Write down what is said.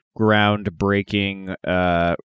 groundbreaking